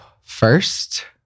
First